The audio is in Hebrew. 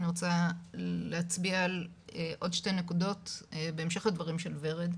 אני רוצה להצביע על עוד שתי נקודות בהמשך לדברים של ורד,